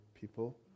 people